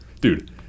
Dude